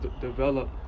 develop